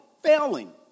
failing